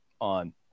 on